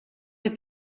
fer